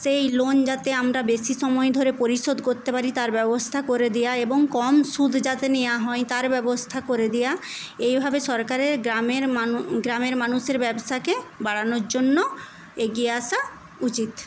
সেই লোন যাতে আমরা বেশী সময় ধরে পরিশোধ করতে পারি তার ব্যবস্থা করে দেওয়া এবং কম সুদ যাতে নেওয়া হয় তার ব্যবস্থা করে দেওয়া এইভাবে সরকারের গ্রামের মানু গ্রামের মানুষের ব্যবসাকে বাড়ানোর জন্য এগিয়ে আসা উচিৎ